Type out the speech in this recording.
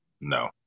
No